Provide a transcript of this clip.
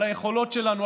על היכולות שלנו,